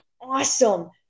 awesome